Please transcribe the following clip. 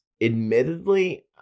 Admittedly